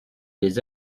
des